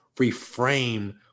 reframe